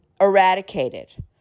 eradicated